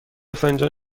فنجان